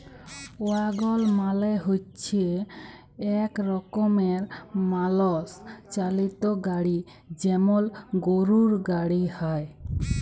ওয়াগল মালে হচ্যে এক রকমের মালষ চালিত গাড়ি যেমল গরুর গাড়ি হ্যয়